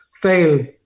fail